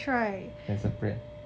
can separate